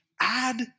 add